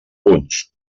punts